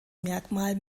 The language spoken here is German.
merkmal